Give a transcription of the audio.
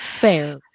fair